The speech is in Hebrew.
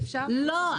לא.